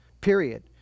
Period